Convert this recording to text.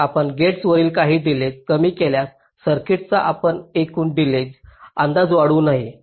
म्हणून आपण गेटवरील काही डिलेज कमी केल्यास सर्किटचा आपला एकूण डिलेज अंदाज वाढू नये